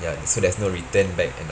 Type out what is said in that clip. ya so there's no return back and